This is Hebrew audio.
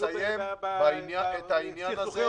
לסיים את העניין הזה.